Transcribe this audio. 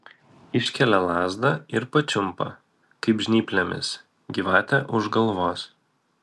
iškelia lazdą ir pačiumpa kaip žnyplėmis gyvatę už galvos